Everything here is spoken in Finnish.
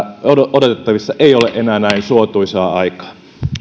odotettavissa ei ole enää näin suotuisaa aikaa